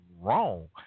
wrong